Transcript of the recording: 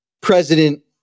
President